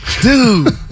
dude